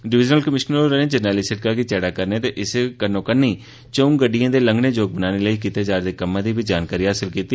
divisional commissioner होरें जरनैली सिड़का गी चैड़ा करने ते इसी कन्नो कन्नी चौं गड़डिएं दे लंघने जोग बनाने लेई कीते जा'रदे कम्मा दी बी जानकारी हासल कीती